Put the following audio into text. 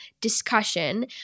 discussion